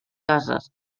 cases